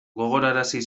gogorarazi